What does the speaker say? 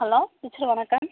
hello teacher வணக்கம்